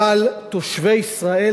אבל תושבי ישראל,